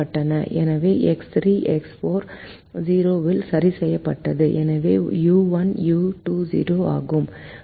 எனவே x 3 x 4 0 இல் சரி செய்யப்பட்டது எனவே யு 1 யு 2 0 ஆகும்